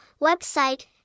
website